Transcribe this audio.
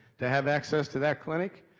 to have access to that clinic,